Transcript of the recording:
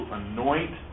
anoint